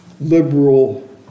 liberal